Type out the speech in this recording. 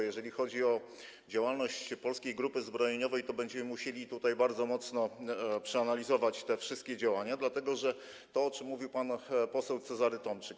Jeżeli chodzi o działalność Polskiej Grupy Zbrojeniowej, to będziemy musieli bardzo mocno przeanalizować te wszystkie działania z uwagi na to, o czym mówił pan poseł Cezary Tomczyk.